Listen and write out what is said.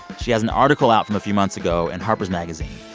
she has an article out from a few months ago in harper's magazine.